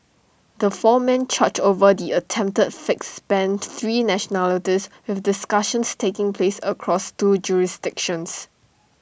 the four men charged over the attempted fix spanned three nationalities with discussions taking place across two jurisdictions